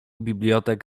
bibliotek